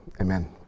Amen